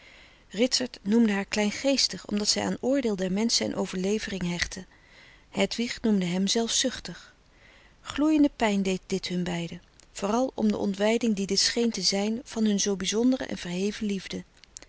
ritsert noemde haar kleingeestig omdat zij aan oordeel der menschen en overlevering hechtte hedwig noemde hem zelfzuchtig gloeiende pijn deed dit hun beiden vooral om de ontwijding die dit scheen te zijn van hun zoo bizondere en verheven liefde